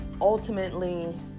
ultimately